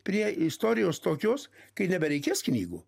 prie istorijos tokios kai nebereikės knygų